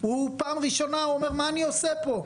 בפעם הראשונה הוא אומר: מה אני עושה פה?